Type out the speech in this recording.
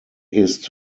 ist